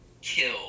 kill